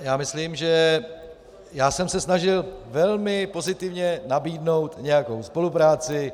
Já myslím, že jsem se snažil velmi pozitivně nabídnout nějakou spolupráci.